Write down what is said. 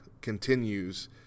Continues